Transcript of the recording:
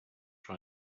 try